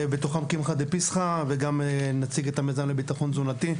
בתוכם קמחא דפסחא וגם נציג את המיזם לביטחון תזונתי,